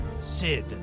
Sid